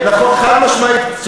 חד-משמעית.